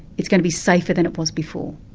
it's going to be safer than it was before.